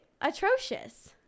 atrocious